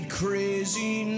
crazy